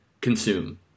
consume